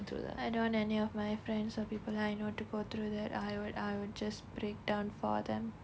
I don't want any of my friends or people I know to go through that I would I would just breakdown for them